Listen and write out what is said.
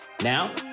Now